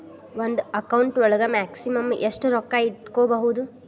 ಒಂದು ಅಕೌಂಟ್ ಒಳಗ ಮ್ಯಾಕ್ಸಿಮಮ್ ಎಷ್ಟು ರೊಕ್ಕ ಇಟ್ಕೋಬಹುದು?